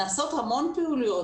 נעשות המון פעילויות.